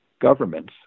governments